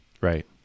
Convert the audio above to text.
Right